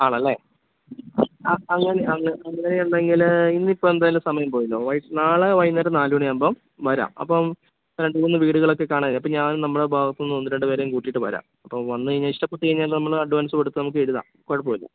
ആണല്ലേ ആ ആ അങ്ങനെ അങ്ങനെ എന്നെങ്കിൽ ഇന്നിപ്പം എന്തായാലും സമയം പോയല്ലോ നാളെ വൈകുന്നേരം നാല് മണിയാകുമ്പോൾ വരാം അപ്പം രണ്ട് മൂന്ന് വീടുകളൊക്കെ കാണാം അപ്പം ഞാനും നമ്മുടെ ഭാഗത്തുനിന്ന് ഒന്ന് രണ്ട് പേരെയും കൂട്ടിയിട്ട് വരാം അപ്പോൾ വന്ന് കഴിഞ്ഞ് ഇഷ്ടപ്പെട്ട് കഴിഞ്ഞാൽ നമ്മൾ അഡ്വാൻസ് കൊടുത്ത് നമുക്കെഴുതാം കുഴപ്പം ഇല്ല